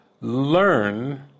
learn